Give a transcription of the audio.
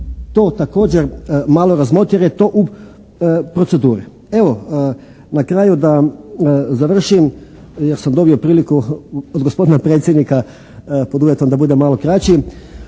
i to malo razmotri jer je to u proceduri. Evo, na kraju da završim. Ja sam dobio priliku od gospodina predsjednika pod uvjetom da budem malo kraći